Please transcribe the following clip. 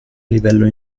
livello